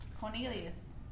Cornelius